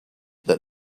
that